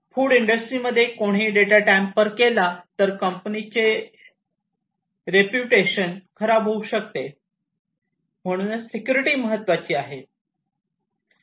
food industry मध्ये कोणीही data tamper केला तर कंपनीचे रिपीटेशन खराब होऊ शकते म्हणूनच सिक्युरिटी महत्त्वाची आहे